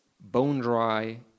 bone-dry